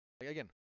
Again